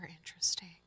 interesting